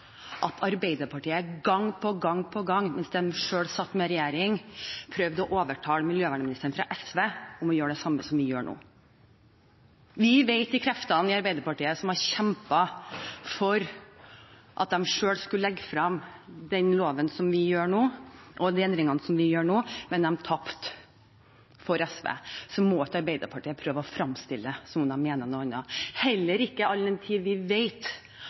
at Arbeiderpartiet gang på gang på gang mens de selv satt i regjering, prøvde å overtale miljøvernministeren fra SV til å gjøre det samme som vi gjør nå. Vi vet om de kreftene i Arbeiderpartiet som har kjempet for at de selv skulle legge frem den loven som vi legger frem nå, og de endringene som vi gjør nå, men de tapte for SV. Så Arbeiderpartiet må ikke prøve å fremstille det som om de mener noe annet – heller ikke all den tid vi